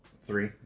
three